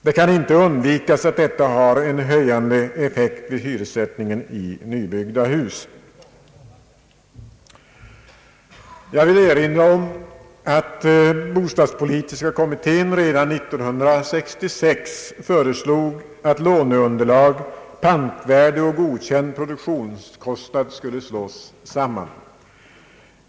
Det kan inte undvikas att detta har en höjande effekt vid hyressättningen i nybyggda hus. Jag vill erinra om att bostadspoli tiska kommittén redan år 1966 föreslog att låneunderlag, pantvärde och godkänd produktionskostnad skulle slås samman.